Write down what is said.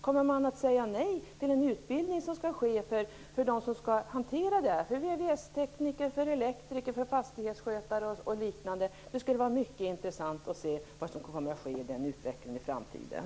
Kommer de att säga nej till den utbildning som skall ske för dem som skall hantera det här - VVS-tekniker, elektriker, fastighetsskötare och liknande? Det skall bli mycket intressant att se vad som kommer att ske med den här utvecklingen i framtiden.